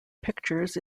pictures